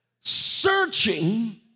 searching